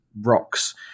rocks